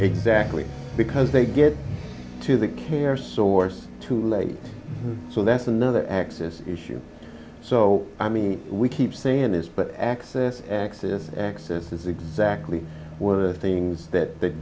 exactly because they get to the care source too late so that's another access issue so i mean we keep saying this but access access access is exactly were things that